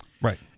Right